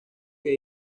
que